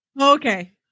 Okay